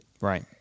Right